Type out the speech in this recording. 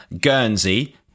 Guernsey